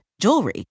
jewelry